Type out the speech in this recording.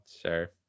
sure